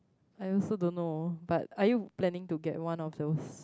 I also don't know but are you planning to get one of those